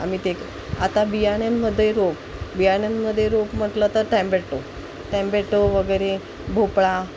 आम्ही ते आता बियाणंमदे रोप बियाणंमदे रोप म्हटलं तर टॅम्बेटो टॅम्बेटो वगेरे भोपळा